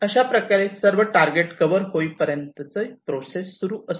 अशाप्रकारे सर्व target cover होईपर्यंत प्रोसेस सुरू असते